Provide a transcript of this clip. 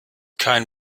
kein